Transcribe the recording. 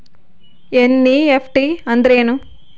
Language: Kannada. ಎನ್.ಇ.ಎಫ್.ಟಿ ಅಂದ್ರೆನು?